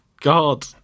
God